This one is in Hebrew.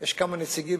יש כמה נציגים,